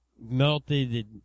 melted